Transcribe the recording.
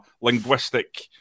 linguistic